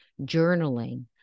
journaling